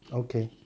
okay